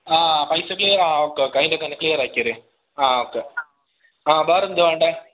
ആ പൈസ ക്ലിയറാണ് ആ ഓക്കെ ഓക്കെ അയിൻ്റെക്കന്നെ ക്ലിയറാക്കിയത് ആ ഓക്കെ ആ ബേറെന്തുവാ വേണ്ടത്